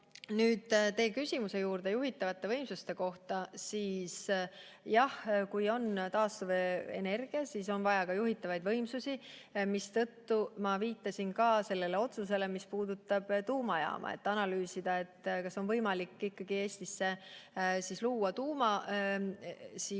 nüüd teie küsimuse juurde juhitavate võimsuste kohta. Jah, kui on taastuvenergia, siis on vaja ka juhitavaid võimsusi, mistõttu ma viitasin ka sellele otsusele, mis puudutab tuumajaama. [On vaja] analüüsida, kas on võimalik Eestisse luua tuumaenergial